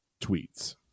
tweets